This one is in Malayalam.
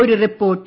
ഒരു റിപ്പോർട്ട്